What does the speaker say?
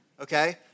okay